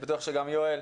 ואני בטוח שגם יואל,